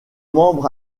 membre